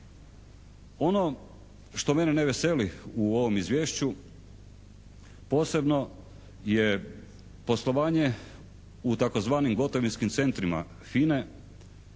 Ono što mene ne veseli u ovom izvješću posebno je poslovanje u tzv. gotovinskim centrima FINA-e